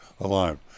alive